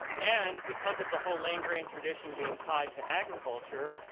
and because of the whole land-grant tradition being tied to agriculture,